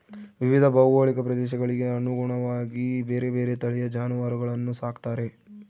ವಿವಿಧ ಭೌಗೋಳಿಕ ಪ್ರದೇಶಗಳಿಗೆ ಅನುಗುಣವಾಗಿ ಬೇರೆ ಬೇರೆ ತಳಿಯ ಜಾನುವಾರುಗಳನ್ನು ಸಾಕ್ತಾರೆ